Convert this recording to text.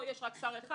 פה יש רק אחד,